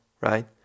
right